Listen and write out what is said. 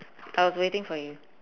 I was waiting for you